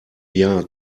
jahr